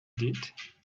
did